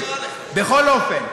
בכל אופן,